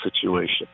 situation